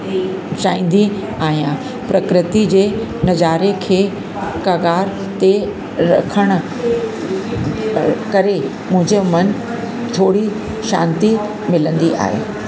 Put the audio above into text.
चाहींदी आहियां प्रकृति जे नज़ारे खे कगार ते रखण करे मुंहिंजो मनु थोरी शांती मिलंदी आहे